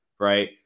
right